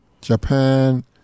Japan